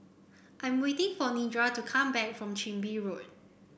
I'm waiting for Nedra to come back from Chin Bee Road